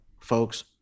folks